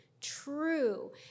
true